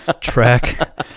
track